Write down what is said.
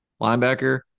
linebacker